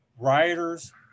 Rioters